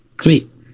Sweet